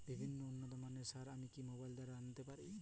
বিভিন্ন উন্নতমানের সার আমি কি মোবাইল দ্বারা আনাতে পারি?